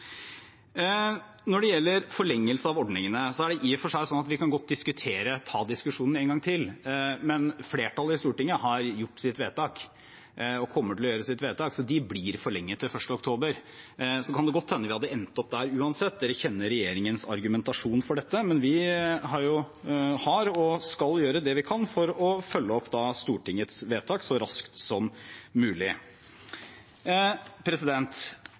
Når det gjelder forlengelse av ordningene, kan vi godt ta diskusjonen en gang til, men flertallet i Stortinget har gjort sitt vedtak og kommer til å gjøre sitt vedtak, så de blir forlenget til 1. oktober. Så kan det godt hende vi hadde endt opp der uansett, dere kjenner regjeringens argumentasjon for dette, men vi har gjort og skal gjøre det vi kan for å følge opp Stortingets vedtak så raskt som mulig.